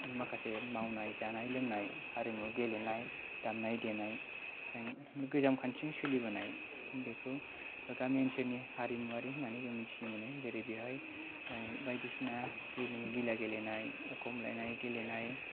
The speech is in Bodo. माखासे मावनाय जानाय लोंनाय हारिमु गेलेनाय दामनाय देनाय गोजाम खान्थिजों सोलिबोनाय बेखौ गामि ओनसोलनि हारिमुवारि होननानै जों मिथिनो मोनो जेरै बेवहाय बायदिसिना गेलेमु खेला गेलेनाय खमलायनाय गेलेनाय